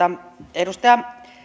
edustaja